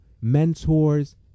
mentors